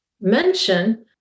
mention